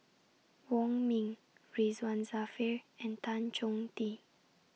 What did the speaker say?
Wong Ming Ridzwan Dzafir and Tan Chong Tee